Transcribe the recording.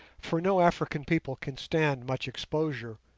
for no african people can stand much exposure,